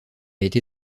été